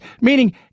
meaning